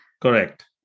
Correct